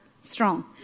strong